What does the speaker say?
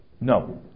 No